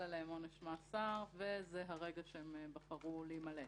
עליהם עונש מאסר וזה הרגע שהם בחרו להימלט.